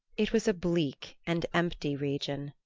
it was a bleak and empty region.